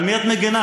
על מי את מגינה,